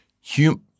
human